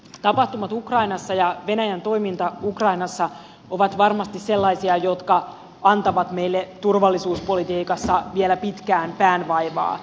tapahtumat ukrainassa ja venäjän toiminta ukrainassa ovat varmasti sellaisia jotka antavat meille turvallisuuspolitiikassa vielä pitkään päänvaivaa